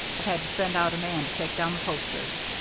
i've had to send out a man to take down the posters.